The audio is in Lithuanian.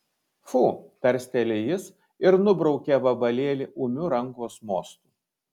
fu tarsteli jis ir nubraukia vabalėlį ūmiu rankos mostu